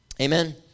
Amen